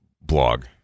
blog